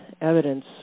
evidence